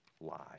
lies